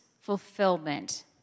fulfillment